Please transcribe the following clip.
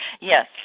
Yes